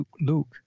Luke